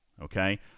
okay